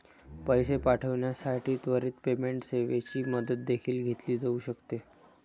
पैसे पाठविण्यासाठी त्वरित पेमेंट सेवेची मदत देखील घेतली जाऊ शकते